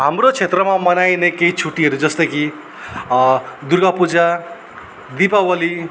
हाम्रो क्षेत्रमा मनाइने केही छुट्टीहरू जस्तै कि दुर्गा पूजा दीपावली